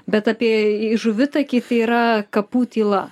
bet apie į žuvitakį tai yra kapų tyla